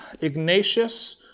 Ignatius